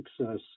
success